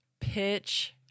pitch